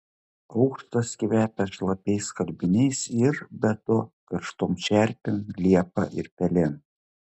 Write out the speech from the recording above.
aukštas kvepia šlapiais skalbiniais ir be to karštom čerpėm liepa ir pelėm